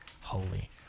holy